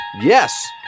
Yes